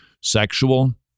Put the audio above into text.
sexual